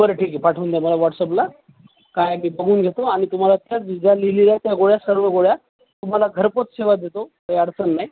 बरं ठीक आहे पाठवून द्या मला व्हॉट्सअपला काही बघून घेतो आणि तुम्हाला त्यात ज्या लिहिलेल्या त्या गोळ्या सर्व गोळ्या तुम्हाला घरपोच सेवा देतो काही अडचण नाही